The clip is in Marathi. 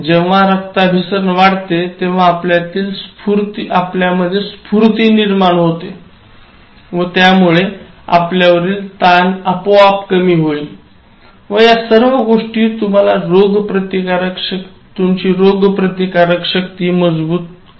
जेव्हा रक्ताभिसरण वाढते तेव्हा आपल्यात स्फूर्ती निर्माण होईल व यामुळे आपल्यावरील ताण आपोआप कमी होईल व या सर्व गोष्टी तुमची रोगप्रतिकार शक्ती मजबूत करतील